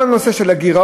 בכל הנושא של הגירעון,